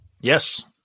Yes